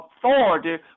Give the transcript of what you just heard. authority